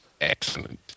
Excellent